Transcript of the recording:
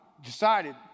decided